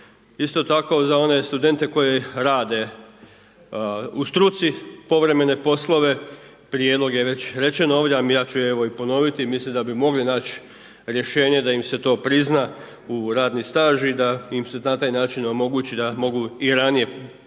Isto tako za one studente koji rade u struci povremene poslove, prijedlog je već rečen ovdje a ja ću evo i ponoviti, mislim da bi mogli naći rješenje da im se to prizna u radni staž i da im se na taj način omogući da mogu i ranije pristupiti